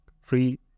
free